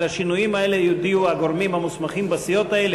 על השינויים האלה יודיעו הגורמים המוסמכים בסיעות האלה.